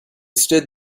stood